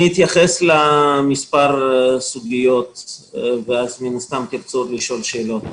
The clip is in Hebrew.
אתייחס למספר סוגיות ומן הסתם תרצו לשאול עוד שאלות.